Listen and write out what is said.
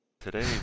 Today